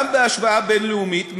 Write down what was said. גם בהשוואה בין-לאומית,